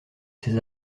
ses